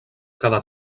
cada